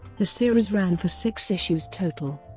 the series ran for six issues total.